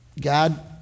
God